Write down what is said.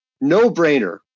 no-brainer